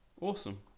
Awesome